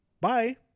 bye